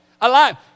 alive